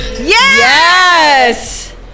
Yes